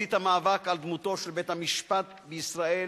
בחזית המאבק על דמותו של בית-המשפט בישראל,